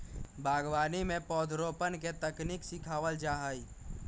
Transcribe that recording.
बागवानी में पौधरोपण के तकनीक सिखावल जा हई